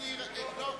זו לא התשובה.